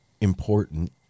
important